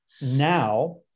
Now